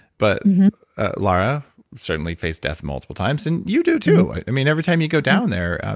but lara certainly faced death multiple times, and you do, too, i mean, every time you go down there.